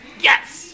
Yes